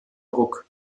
druck